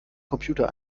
computer